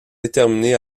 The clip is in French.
déterminés